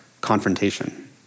confrontation